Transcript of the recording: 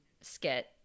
skit